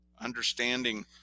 understanding